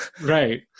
Right